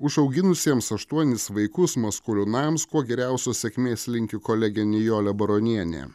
užauginusiems aštuonis vaikus maskuliūnams kuo geriausios sėkmės linki kolegė nijole baronienė